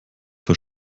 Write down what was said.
vor